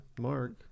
mark